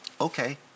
Okay